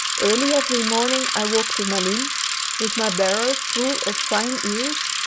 early every morning i walk to malines with my barrow full of fine eels,